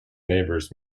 neighborhoods